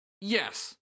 Yes